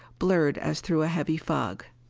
blurred as through a heavy fog.